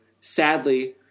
sadly